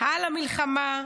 על המלחמה,